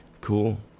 Cool